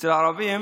אצל הערבים